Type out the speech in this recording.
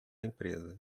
empresa